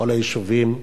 בכל היישובים בארץ,